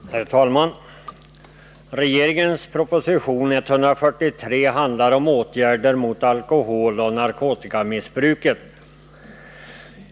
Herr talman! Regeringens proposition 143 handlar om åtgärder mot alkoholoch narkotikamissbruket.